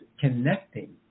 connecting